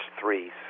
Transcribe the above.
three